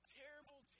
terrible